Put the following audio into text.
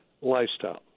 lifestyle